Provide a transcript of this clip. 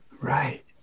Right